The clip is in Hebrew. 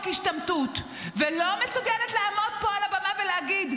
השתמטות ולא מסוגלת לעמוד פה על הבמה ולהגיד: